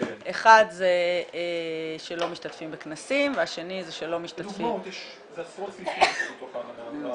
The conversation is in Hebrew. אחד זה שלא משתתפים בכנסים --- זה עשרות סעיפים שיש בתוך האמנה.